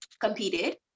competed